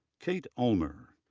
kate ulmer,